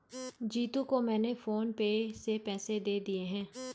जीतू को मैंने PhonePe से पैसे दे दिए हैं